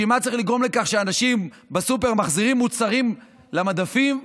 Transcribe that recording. בשביל מה צריך לגרום לכך שאנשים מחזירים מוצרים למדפים בסופר,